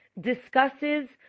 discusses